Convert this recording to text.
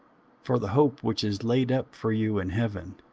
for the hope which is laid up for you in heaven,